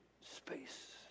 space